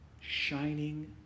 shining